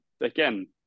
again